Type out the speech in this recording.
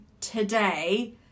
today